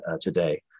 today